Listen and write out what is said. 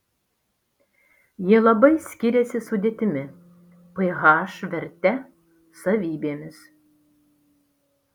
jie labai skiriasi sudėtimi ph verte savybėmis